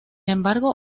embargo